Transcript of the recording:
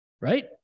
right